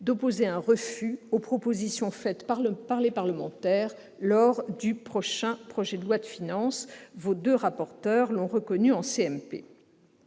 d'opposer un refus aux propositions faites par les parlementaires lors de l'examen du prochain projet de loi de finances. Les deux rapporteurs l'ont reconnu en